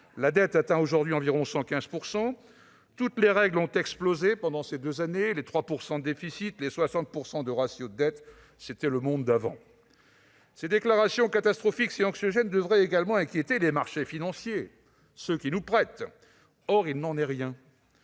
La dette atteint aujourd'hui environ 115 % du PIB. Toutes les règles ont explosé au cours des deux dernières années : les 3 % de déficit, les 60 % de ratio de la dette ; c'était le monde d'avant ! Ces déclarations catastrophistes et anxiogènes devraient également inquiéter les marchés financiers, ceux qui nous prêtent. Or, il n'en est rien.